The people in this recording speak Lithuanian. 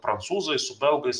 prancūzai su belgais